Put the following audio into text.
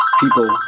people